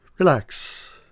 Relax